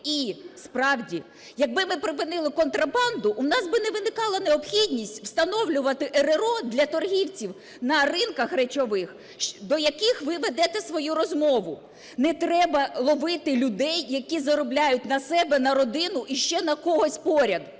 І справді якби ми припинили контрабанду, у нас би не виникала необхідність встановлювати РРО для торгівців на ринках речових, до яких ви ведете свою розмову. Не треба ловити людей, які заробляють на себе, на родину і ще на когось поряд,